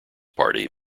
party